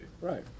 Right